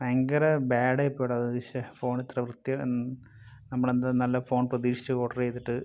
ഭയങ്കര ബാഡായി പോയെടാ അത് ശ്ശെ ഫോണിത്ര വൃത്തികേട് ഒന്നും നമ്മൾ എന്താ നല്ല ഫോൺ പ്രതീഷിച്ച് ഓർഡർ ചെയ്തിട്ട്